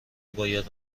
باید